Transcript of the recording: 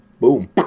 boom